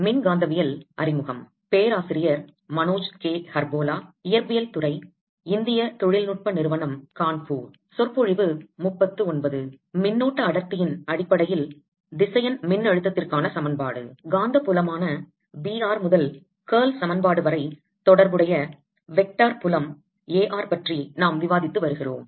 மின்னோட்ட அடர்த்தியின் அடிப்படையில் திசையன் மின் அழுத்தத்திற்கான சமன்பாடு காந்தப் புலமான B r முதல் curl சமன்பாடு வரை தொடர்புடைய வெக்டார் புலம் A r பற்றி நாம் விவாதித்து வருகிறோம்